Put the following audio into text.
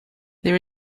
there